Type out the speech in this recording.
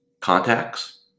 Contacts